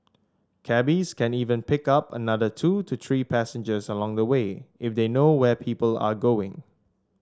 cabbies can even pick up another two to three passengers along the way if they know where people are going